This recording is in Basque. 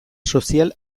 sozial